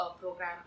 program